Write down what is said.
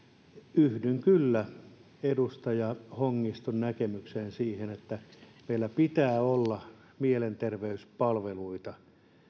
yhdyn kyllä edustaja hongiston näkemykseen että meillä pitää olla mielenterveyspalveluita